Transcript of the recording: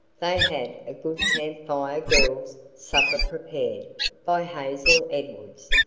they had a good camp fire girls' supper prepared by hazel edwards,